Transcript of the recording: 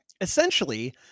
Essentially